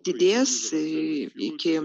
didės iki